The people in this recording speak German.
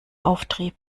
auftrieb